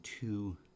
two